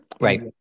Right